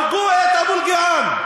הרגו את אבו אלקיעאן,